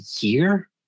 year